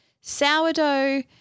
Sourdough